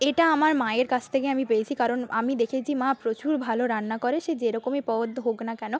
এটা আমার মায়ের কাছ থেকে আমি পেয়েছি কারণ আমি দেখেছি মা প্রচুর ভালো রান্না করে সে যেরকমই পদ হোক না কেন